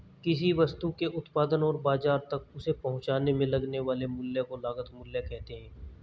किसी वस्तु के उत्पादन और बाजार तक उसे पहुंचाने में लगने वाले मूल्य को लागत मूल्य कहते हैं